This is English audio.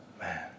Man